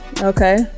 Okay